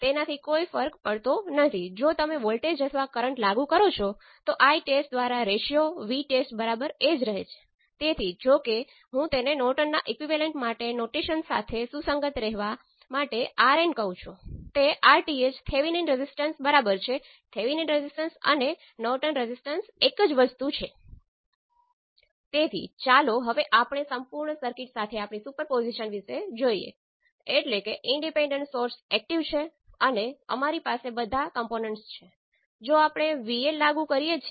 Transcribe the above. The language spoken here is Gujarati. તેથી તમે I2 ને 0 ની બરાબર સેટ કરો છો તેથી ઇન્ડિપેન્ડન્ટ સોર્સ માંથી માત્ર એક જ કાર્યમાં આવે છે તે એટલું જ છે